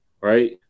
Right